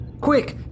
Quick